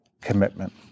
commitment